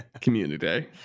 community